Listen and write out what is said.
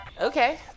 Okay